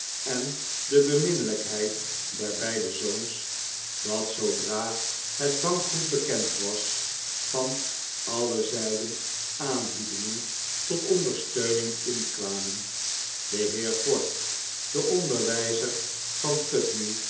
en de beminnelijkheid der beide zoons dat zoodra het bankroet bekend was van alle zijden aanbiedingen tot ondersteuning inkwamen de heer ford de onderwijzer van putney